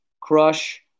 Crush